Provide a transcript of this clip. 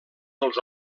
dels